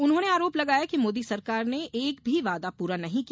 उन्होंने आरोप लगाया कि मोदी सरकार ने एक भी वादा पूरा नहीं किया